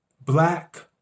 black